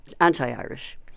anti-Irish